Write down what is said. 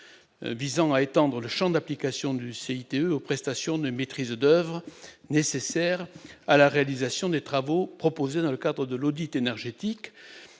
visant à étendre le Champ d'application du CIT aux prestations de maîtrise d'oeuvre nécessaires à la réalisation des travaux proposés dans le cadre de l'eau dite énergétique